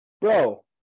Bro